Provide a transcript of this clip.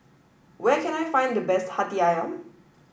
where can I find the best Hati Ayam